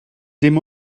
dim